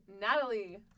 Natalie